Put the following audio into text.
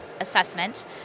Assessment